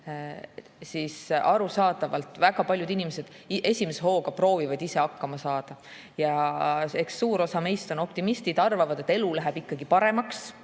Arusaadavalt väga paljud inimesed esimese hooga proovivad ise hakkama saada. Eks suur osa meist on optimistid ja arvavad, et elu läheb ikkagi paremaks